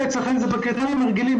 אצלכם, זה בקריטריונים הרגילים.